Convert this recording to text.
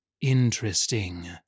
Interesting